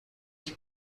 que